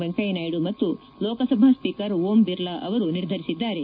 ವೆಂಕಯ್ಲನಾಯ್ತು ಮತ್ತು ಲೋಕಸಭಾ ಸ್ವೀಕರ್ ಓಂ ಬಿರ್ಲಾ ಅವರು ನಿರ್ಧರಿಸಿದ್ದಾರೆ